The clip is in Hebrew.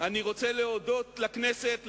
אני רוצה להודות לכנסת,